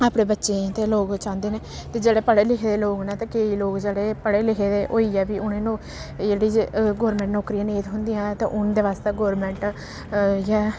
अपने बच्चें गी ते लोक चांह्दे न ते जेह्ड़े पढ़े लिखे दे लोक न ते केईं लोक जेह्ड़े पढ़े लिखे दे होइयै बी उ'नें गी नौ एह् जेह्ड़ी गौरमैंट नौकरियां नेईं थ्होंदियां ऐ ते उं'दे बास्तै ते गौरमैंट इ'यै